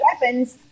weapons